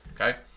okay